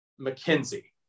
McKenzie